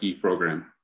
program